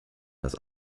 das